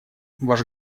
ваш